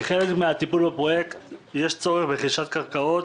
כחלק מן הטיפול בפרויקט יש צורך ברכישת קרקעות,